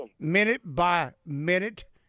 Minute-by-minute